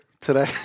today